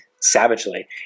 savagely